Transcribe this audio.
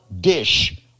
dish